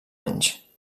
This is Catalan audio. anys